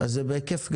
זה בהיקף גדול.